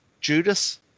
judas